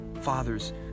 Fathers